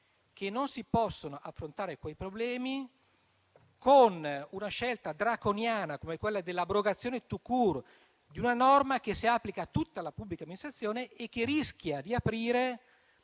che non si possono affrontare con una scelta draconiana, come l'abrogazione *tout court* di una norma che si applica a tutta la pubblica amministrazione e rischia di aprire